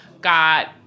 got